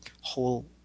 whole